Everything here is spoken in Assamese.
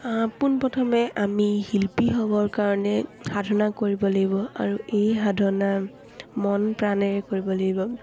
পোনপ্ৰথমে আমি শিল্পী হ'বৰ কাৰণে সাধনা কৰিব লাগিব আৰু এই সাধনা মন প্ৰাণেৰে কৰিব লাগিব